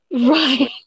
right